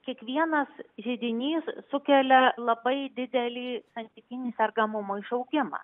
kiekvienas židinys sukelia labai didelį santykinį sergamumo išaugimą